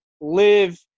live